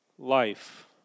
life